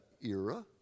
era